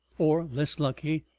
or, less lucky,